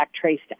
traced